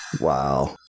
Wow